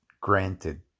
granted